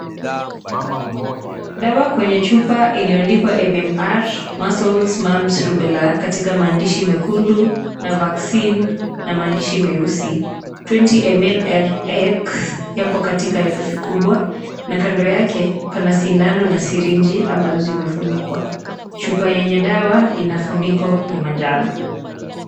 Dawa kwenye chupa iliyoandikwa MMR, muscles, mumps, rubella, katika maandishi makundu, na vaccine na maandishi meusi, 20 ml Rx yapo katika herufi kubwa, na kanda yake pana sindano na sirinji ambazo zimefunikwa. Chupa yenye dawa inafuniko ya manjano.